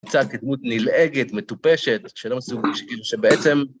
היא קצת דמות נלעגת, מטופשת, שלא מסוגלת שבעצם...